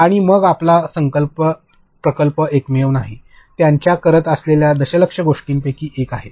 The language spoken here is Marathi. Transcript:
आणि मग आपला प्रकल्प एकमेव नाही त्यांच्या करत असलेल्या दशलक्ष गोष्टींपैकी ही एक आहे